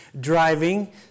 driving